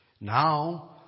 Now